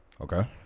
Okay